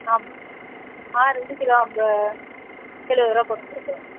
ஆமாம் orange kilo அம்ப எழுபது ருபா போட்டுக்கொடுக்குறேன்